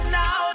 now